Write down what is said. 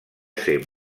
ser